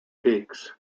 peaks